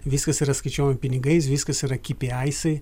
viskas yra skaičiuojama pinigais viskas yra kipi aisai